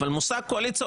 אבל מושג קואליציה,